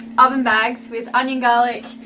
oven bags with onion, garlic,